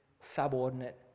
subordinate